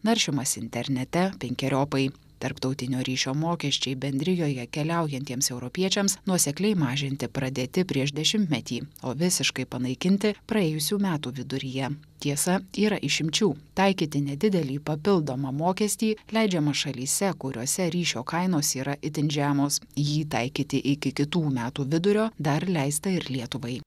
naršymas internete penkeriopai tarptautinio ryšio mokesčiai bendrijoje keliaujantiems europiečiams nuosekliai mažinti pradėti prieš dešimtmetį o visiškai panaikinti praėjusių metų viduryje tiesa yra išimčių taikyti nedidelį papildomą mokestį leidžiama šalyse kuriose ryšio kainos yra itin žemos jį taikyti iki kitų metų vidurio dar leista ir lietuvai